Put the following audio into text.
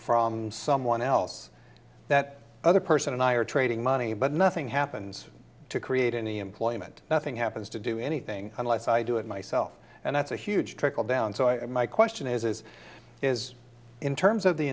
from someone else that other person and i are trading money but nothing happens to create any employment nothing happens to do anything unless i do it myself and that's a huge trickle down so i my question is is is in terms of the